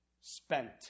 spent